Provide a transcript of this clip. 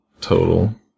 Total